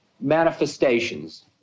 manifestations